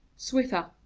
switha